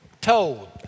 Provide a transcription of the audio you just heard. told